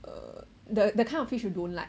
err the the kind of fish you don't like